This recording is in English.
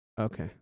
okay